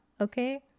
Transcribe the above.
okay